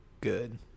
good